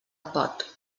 pot